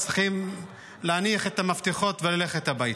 אז צריך להניח את המפתחות וללכת הביתה.